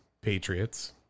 Patriots